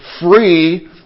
free